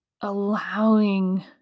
allowing